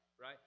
right